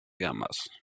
gambas